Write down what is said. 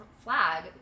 flag